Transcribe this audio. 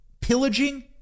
pillaging